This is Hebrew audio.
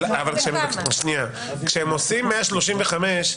אבל כשהם עושים 135,